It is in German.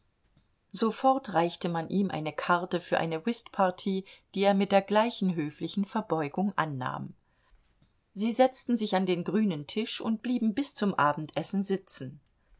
sofort reichte man ihm eine karte für eine whistpartie die er mit der gleichen höflichen verbeugung annahm sie setzten sich an den grünen tisch und blieben bis zum abendessen sitzen